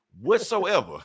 whatsoever